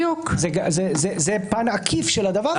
זה פן עקיף של הדבר הזה.